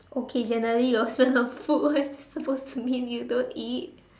okay generally also not food what's supposed to mean you don't eat